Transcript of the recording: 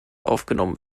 aufgenommen